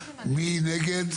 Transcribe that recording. מי נגד?